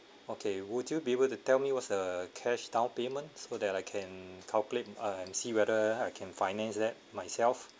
okay would you be able to tell me what's the cash down payment so that I can calculate ah and see whether I can finance that myself